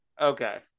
Okay